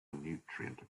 nutrient